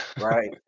Right